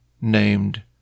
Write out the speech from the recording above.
named